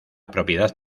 propiedad